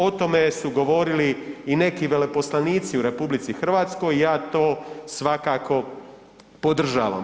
O tome su govorili i neki veleposlanici u RH, ja to svakako podržavam.